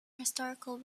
historical